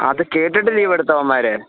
അത് കേട്ടിട്ട് ലീവ് എടുത്തോ അവന്മാർ